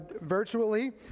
virtually